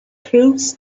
crooks